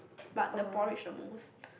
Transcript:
but the porridge the most